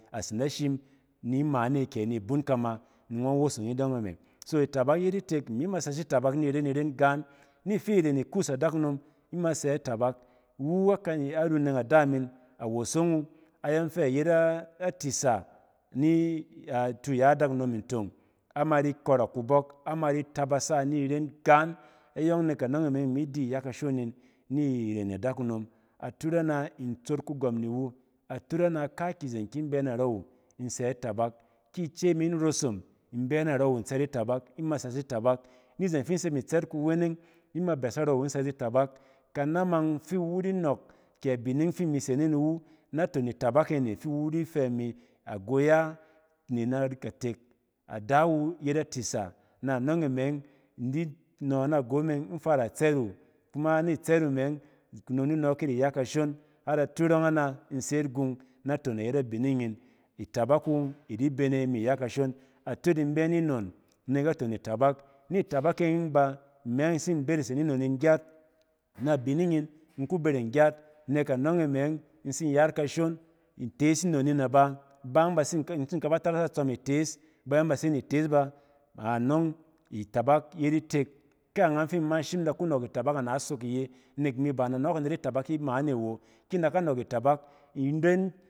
A tsinda shim ni imɛane kɛ ni bun kama, ni ngↄn wosong idↄng e me. So itabak yet itek, imi ma sɛs itabak na ren-iren gɛɛn. Ni ifi ren ikuus adakunom, ima sɛ itabak. Iwu a kani, arunneng ada min awosong wu, ɛyↄng fɛ ayet atisa nit u ya adakunom ntong ama di kↄrↄk kubↄk, ama di tabasa ni ren gɛɛn. Ayↄng nek anↄng e me ↄng imi di iya kashon nin i ien adakunom. Atut ana in tsot kugↄm niwu, atut ana kaakyi zen ki in bɛ narↄ wu in sɛ itabak. Ki ice min rosom, in bɛ narↄ wu in tsɛt itabak, ima sɛs itabak. Ni izen fin se ni tsɛt kuweneng, ima bɛs narↄ wu in sɛs itabak, kanamang fi iwu di nↄk, kɛ abining fi imi se ni wu naton itabak e ne fi iwu di fɛ ni mi ago ya ne nari katek, ada wu yet itsa na anↄg in fara tsɛt wu, kuma n tsɛt wu har atut ↄng ana, in se yit gung naton ayet abining in. Itabak wu ↄng idi bene ni ya kashon. Atut in bɛ ni nnon nek aton itabak. ni tabak e ↄng ba imi yↄng in tsin berese ni non in gyat na. bining in, in ku bereng gyat na. Nek anↄng e me ↄng in tsin yat kashon itees nnon inaba iba ↄng in tsin k aba taasa itsↄm itees. Bayↄng ba se ni itees ba. Anↄng itabak yet itek. Ka’ɛngan fi imi ma in shim in da in ku nↄk itabak na sok iye, nek imi ba in da nↄↄk anet itabak imaane awo ki in da ka nↄk itabak, in ren